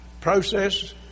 process